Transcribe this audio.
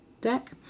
deck